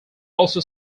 also